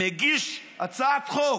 מגיש הצעת חוק,